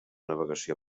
navegació